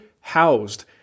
housed